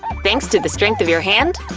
thanks to the strength of your hand,